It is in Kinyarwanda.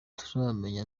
turamenya